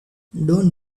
don’t